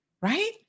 Right